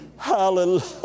Hallelujah